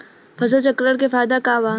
फसल चक्रण के फायदा का बा?